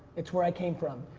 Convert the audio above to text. it's where i came from.